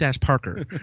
Parker